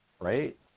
right